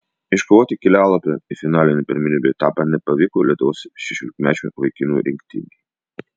iškovoti kelialapio į finalinį pirmenybių etapą nepavyko lietuvos šešiolikmečių vaikinų rinktinei